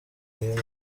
uyu